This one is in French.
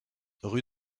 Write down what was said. rue